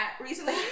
recently